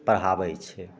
पढ़ाबै छै